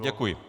Děkuji.